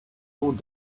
old